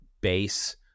base